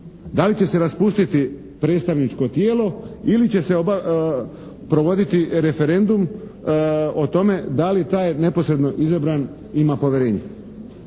Da li će se raspustiti predstavničko tijelo ili će se provoditi referendum o tome da li taj neposredno izabran ima povjerenje?